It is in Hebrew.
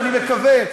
ואני מקווה,